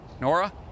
Nora